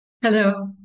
Hello